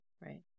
right